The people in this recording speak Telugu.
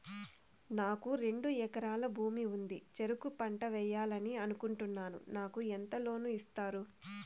నాకు రెండు ఎకరాల భూమి ఉంది, చెరుకు పంట వేయాలని అనుకుంటున్నా, నాకు ఎంత లోను ఇస్తారు?